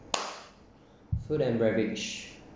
food and beverage